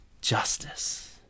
justice